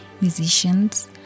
musicians